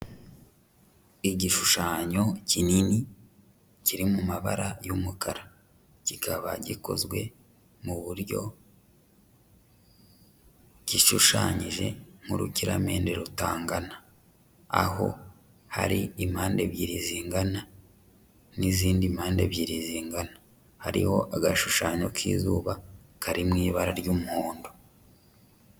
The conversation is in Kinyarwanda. Igishushanyo kinini, kiri mu mabara y'umukara. Kikaba gikozwe mu buryo gishushanyije nk'urukiramende rutangana. Aho hari impande ebyiri zingana n'izindi mpande ebyiri zingana. Hariho agashushanyo k'izuba, kari mu ibara ry'umuhondo.